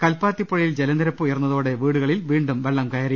കൽപ്പാത്തി പുഴയിൽ ജലനിരപ്പ് ഉയർന്നതോടെ വീടുകളിൽ വീണ്ടും വെള്ളം കയറി